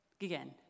again